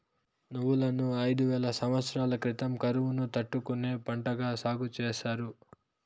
నువ్వులను ఐదు వేల సమత్సరాల క్రితం కరువును తట్టుకునే పంటగా సాగు చేసారు